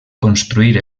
construir